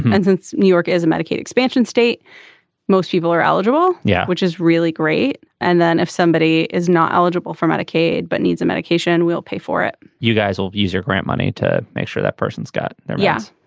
and since new york is a medicaid expansion state most people are eligible. yeah. which is really great. and then if somebody is not eligible for medicaid but needs a medication we'll pay for it you guys will use your grant money to make sure that person's got there. yes.